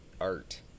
art